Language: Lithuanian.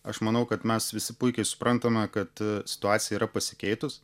aš manau kad mes visi puikiai suprantame kad situacija yra pasikeitus